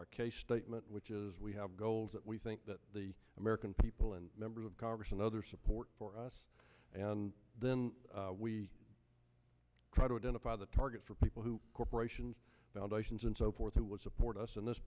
our case statement which is we have goals that we think that the american people and members of congress and other support for us and then we try to identify the target for people who corporations foundations and so forth who would support us and this